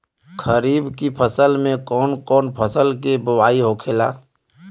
खरीफ की फसल में कौन कौन फसल के बोवाई होखेला?